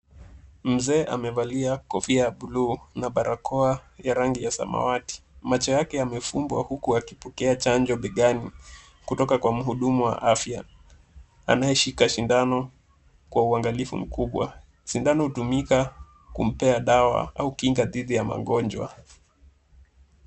Mzee amevalia kofia ya bluu na barakoa ya rangi ya samawati. Macho yake yamefungwa huku akipokea chanjo begani kutoka kwa mhudumu wa afya, anayeshika sindano kwa uangalifu mkubwa. Sindano hutumika kumpea dawa au kinga dhidi ya magonjwa.